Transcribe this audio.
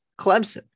Clemson